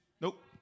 Nope